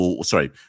Sorry